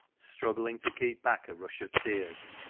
struggling to keep back a rush of tears,